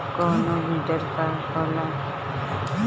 कोनो बिडर का होला?